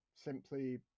simply